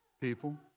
people